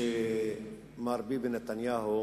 שמר ביבי נתניהו